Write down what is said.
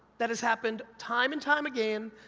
that has happened time and time again,